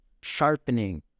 sharpening